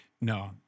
No